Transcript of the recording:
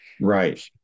Right